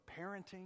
parenting